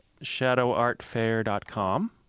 shadowartfair.com